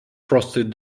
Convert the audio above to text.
frosted